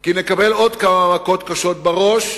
כי נקבל עוד כמה מכות קשות בראש,